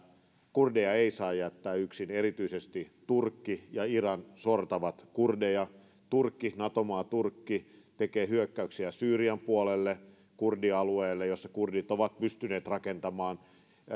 kurdeja ei saa jättää yksin erityisesti turkki ja iran sortavat kurdeja nato maa turkki tekee hyökkäyksiä syyrian puolelle kurdialueelle jolla kurdit ovat pystyneet rakentamaan